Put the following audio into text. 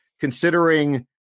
considering